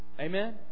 Amen